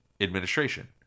administration